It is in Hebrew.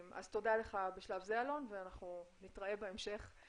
אז תודה לך בשלב זה אלון, ואנחנו נתראה בהמשך.